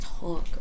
talk